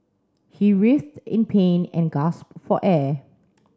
he writhed in pain and gasped for air